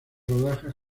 rodajas